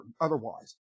otherwise